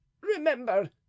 Remember